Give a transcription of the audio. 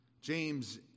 James